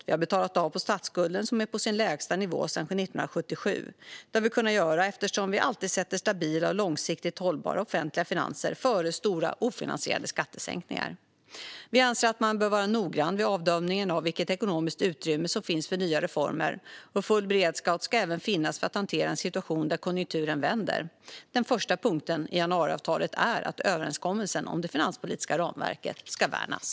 Vi har betalat av på statsskulden, som är på sin lägsta nivå sedan 1977. Det har vi kunnat göra eftersom vi alltid sätter stabila och långsiktigt hållbara offentliga finanser före stora ofinansierade skattesänkningar. Vi anser att man bör vara noggrann vid avdömningen av vilket ekonomiskt utrymme som finns för nya reformer. Full beredskap ska även finnas för att hantera en situation där konjunkturen vänder. Den första punkten i januariavtalet är att överenskommelsen om det finanspolitiska ramverket ska värnas.